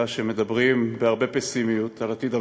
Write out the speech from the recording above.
שמדברים בהרבה פסימיות על עתיד המדינה,